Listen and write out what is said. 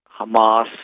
Hamas